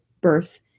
birth